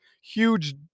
huge